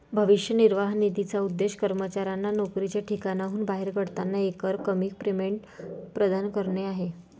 भविष्य निर्वाह निधीचा उद्देश कर्मचाऱ्यांना नोकरीच्या ठिकाणाहून बाहेर पडताना एकरकमी पेमेंट प्रदान करणे आहे